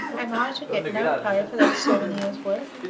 am i to get no pay for that seven years' work?